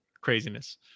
craziness